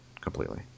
completely